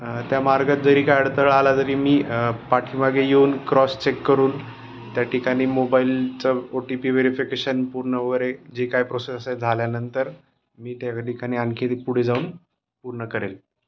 त्या मार्गात जरी काय अडथळा आला तरी मी पाठीमागे येऊन क्रॉस चेक करून त्याठिकाणी मोबाईलचं ओ टी पी व्हेरिफिकेशन पूर्ण वगैरे जे काय प्रोसेस आहे झाल्यानंतर मी त्या ठिकाणी आणखीन पुढे जाऊन पूर्ण करेल